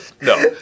No